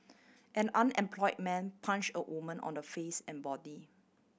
an unemployed man punched a woman on the face and body